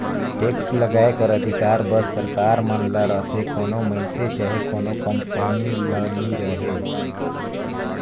tax लगाए कर अधिकार बस सरकार मन ल रहथे कोनो मइनसे चहे कोनो कंपनी ल नी रहें